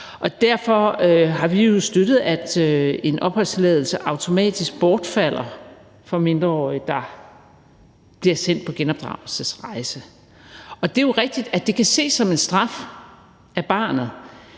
Derfor har vi jo støttet, at en opholdstilladelse automatisk bortfalder for mindreårige, der bliver sendt på genopdragelsesrejse. Det er jo rigtigt, at det kan ses som en straf af barnet,